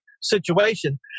situation